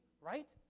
right